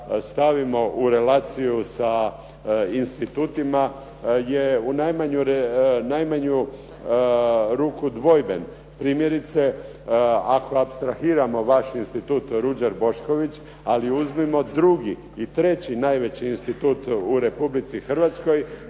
u relaciju sa institutima je u najmanju ruku dvojben. Primjerice, ako apstrahiramo vaš Institut "Ruđer Bošković", ali uzmimo drugi i treći najveći institut u Republici Hrvatskoj,